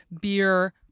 beer